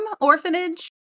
orphanage